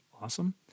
awesome